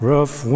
Rough